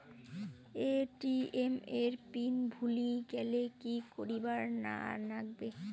ATM এর pin ভুলি গেলে কি করিবার লাগবে?